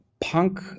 punk